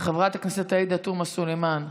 חברת הכנסת עאידה תומא סלימאן,